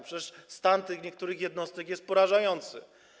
Przecież stan tych niektórych jednostek jest porażający.